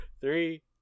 Three